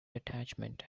detachment